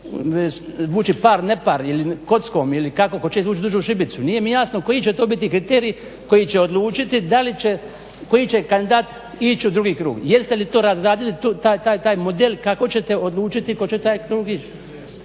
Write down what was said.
vući par nepar ili kockom ili kako, tko će izvući dužu šibicu, nije mi jasno koji će to biti kriterij koji će odlučiti da li će, koji će kandidat ići u drugi krug, jeste li razradili taj model i kako ćete odlučiti tko će u taj krug ići.